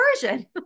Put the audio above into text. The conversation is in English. version